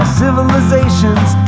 civilizations